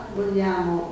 vogliamo